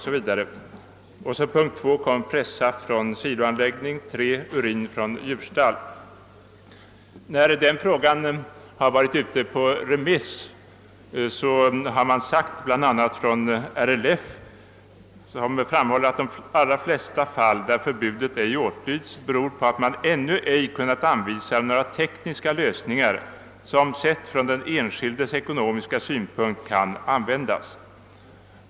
Som en andra punkt upptas pressaft från siloanläggning och som en tredje punkt urin från djurstall. Vid remissbehandlingen framhölls bl.a. av RLF, att de allra flesta fall där nu gällande förbud ej åtlytts berott på att man ännu ej kunnat anvisa några tekniska lösningar, som från den enskildes ekonomiska synpunkt kan användas.